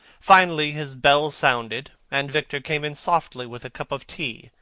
finally his bell sounded, and victor came in softly with a cup of tea,